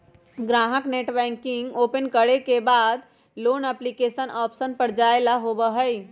ग्राहक net banking open करे के बाद लोन एप्लीकेशन ऑप्शन पर जाय ला होबा हई